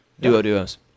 Duo-duos